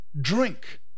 drink